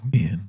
men